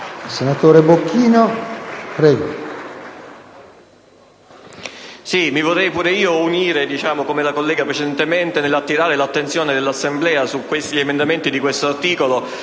Senatore Bocchino, le